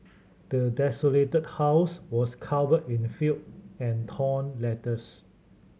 the desolated house was covered in filth and torn letters